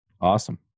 Awesome